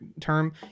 term